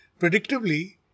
Predictably